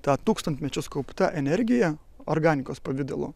ta tūkstantmečius kaupta energija organikos pavidalu